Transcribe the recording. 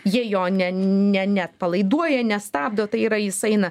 jie jo ne ne neatpalaiduoja nestabdo tai yra jis eina